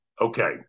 Okay